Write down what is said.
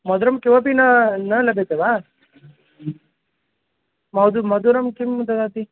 मधुरं किमपि न न लभ्यते वा मधुरं मधुरं किं ददाति